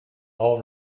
all